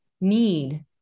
need